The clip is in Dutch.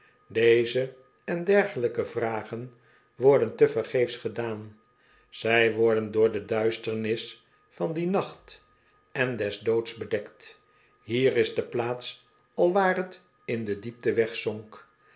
deze en dergelijke vragen worden tevergeefs gedaan zij worden door de duisternis van dien nacht en des doods bedekt hier is de plaats alwaar t in de diepte wegzonk